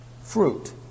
fruit